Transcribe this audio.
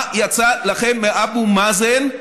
מה יצא לכם מאבו מאזן,